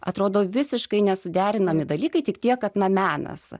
atrodo visiškai nesuderinami dalykai tik tiek kad menas